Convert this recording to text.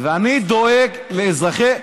הכול מושחת,